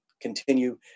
continue